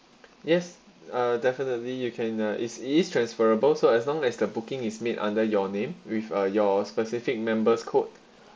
yes uh definitely you can uh is it is transferable so as long as the booking is made under your name with uh your specific member's code